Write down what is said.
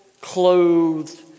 clothed